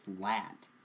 flat